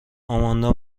آماندا